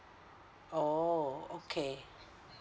oh okay